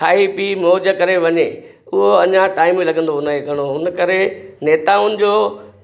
खाई पी मौज करे वञे उहो अञा टाईम लॻंदो उन खे घणो उन करे नेताउनि जो